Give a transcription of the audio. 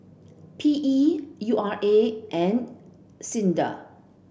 P E U R A and SINDA